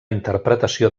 interpretació